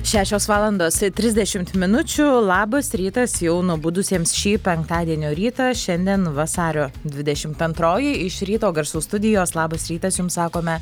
šešios valandos trisdešimt minučių labas rytas jau nubudusiems šį penktadienio rytą šiandien vasario didešimt antroji iš ryto garsų studijos labas rytas jums sakome